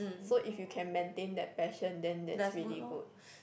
so if you can maintain that passion then that's really good